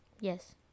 Yes